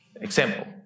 Example